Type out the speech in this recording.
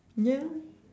ya